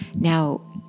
Now